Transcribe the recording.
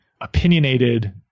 opinionated